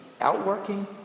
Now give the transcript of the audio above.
outworking